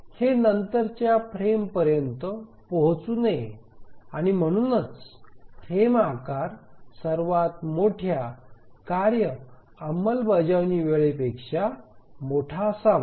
हे नंतरच्या फ्रेमपर्यंत पोहचू नये आणि म्हणूनच फ्रेम आकार सर्वात मोठ्या कार्य अंमलबजावणी वेळेपेक्षा मोठा असावा